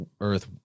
earth